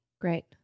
great